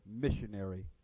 missionary